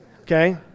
Okay